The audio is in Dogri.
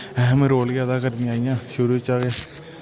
अहम् रोल गै अदा करदियां आइयां शुरू चा गै